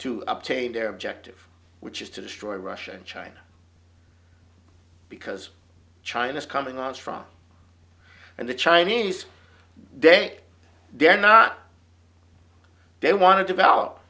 to obtain their objective which is to destroy russia and china because china is coming on strong and the chinese day they're not they want to develop